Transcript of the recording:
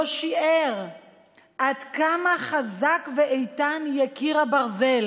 לא שיער עד כמה חזק ואיתן יהיה קיר הברזל